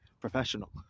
professional